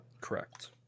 Correct